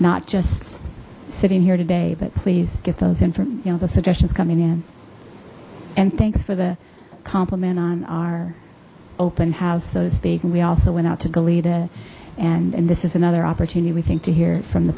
not just sitting here today but please get those in from you know the suggestions coming in and thanks for the compliment on our open house so to speak and we also went out to goleta and and this is another opportunity we think to hear from the